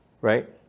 right